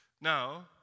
Now